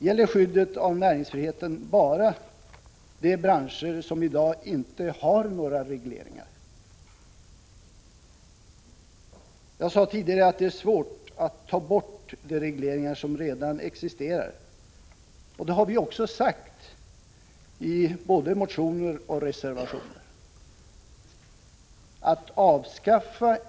Gäller skyddet av näringsfriheten bara de branscher som i dag inte har några regleringar? Jag sade tidigare att det är svårt att ta bort de regleringar som redan existerar, och det har vi också sagt i både motioner och reservationer.